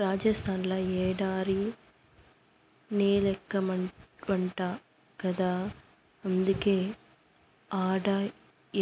రాజస్థాన్ ల ఎడారి నేలెక్కువంట గదా అందుకే ఆడ